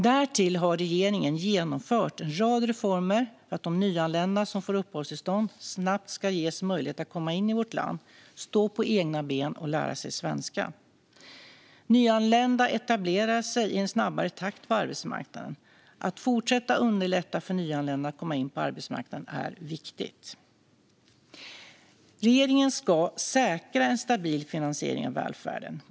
Därtill har regeringen genomfört en rad reformer för att de nyanlända som får uppehållstillstånd snabbt ska ges möjlighet att komma in i vårt land, stå på egna ben och lära sig svenska. Nyanlända etablerar sig i en snabbare takt på arbetsmarknaden. Att fortsätta underlätta för nyanlända att komma in på arbetsmarknaden är viktigt. Regeringen ska säkra en stabil finansiering av välfärden.